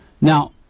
Now